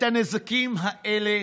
את הנזקים האלה